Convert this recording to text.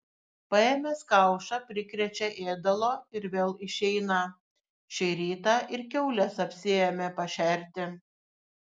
paėmęs kaušą prikrečia ėdalo ir vėl išeina šį rytą ir kiaules apsiėmė pašerti